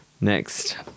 Next